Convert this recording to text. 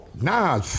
nah